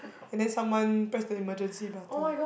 and then someone press the emergency button